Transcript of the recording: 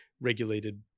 regulated